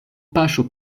paŝo